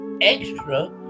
extra